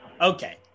Okay